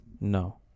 No